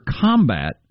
combat